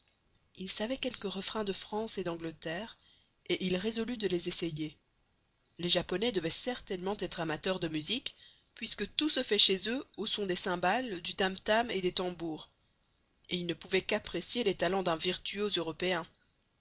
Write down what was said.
il savait quelques refrains de france et d'angleterre et il résolut de les essayer les japonais devaient certainement être amateurs de musique puisque tout se fait chez eux aux sons des cymbales du tam tam et des tambours et ils ne pouvaient qu'apprécier les talents d'un virtuose européen